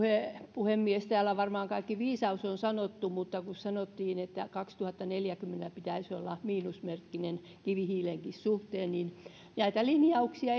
puhemies täällä on varmaan kaikki viisaus sanottu mutta kun sanottiin että kaksituhattaneljäkymmentä pitäisi olla miinusmerkkinen kivihiilenkin suhteen niin totean että näitä linjauksia